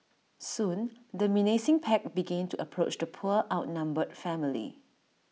soon the menacing pack began to approach the poor outnumbered family